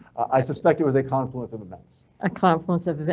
i suspect it was a confluence of events, a confluence of,